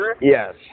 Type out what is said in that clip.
Yes